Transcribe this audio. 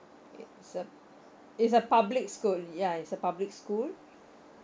it's a it's a public school ya it's a public school